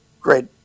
great